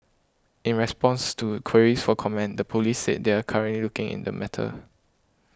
in response to queries for comment the police said they are currently looking in the matter